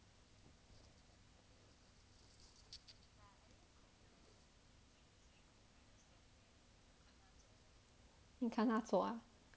你看他做啊